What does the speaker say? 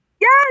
Yes